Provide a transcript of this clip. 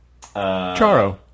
Charo